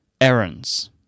errands